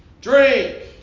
drink